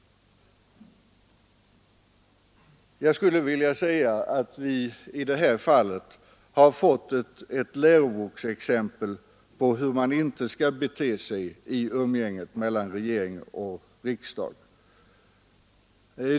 Jag skulle vilja säga att vi i detta fall har fått ett läroboksexempel på hur man inte skall bete sig i umgänget mellan regering och riksdag.